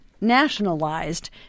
nationalized